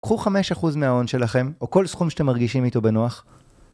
קחו 5% מההון שלכם, או כל סכום שאתם מרגישים איתו בנוח.